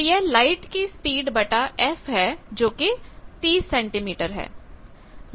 तो यह लाइट की स्पीड बटा f है जो कि 30 सेंटीमीटर है